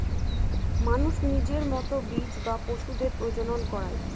মানুষ নিজের মতো বীজ বা পশুদের প্রজনন করায়